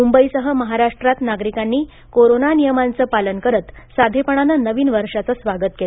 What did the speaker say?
मुंबईसह महाराष्ट्रात नागरिकांनी कोरोना नियमांचं पालन करत साधेपणानं नवीन वर्षाचं स्वागत केलं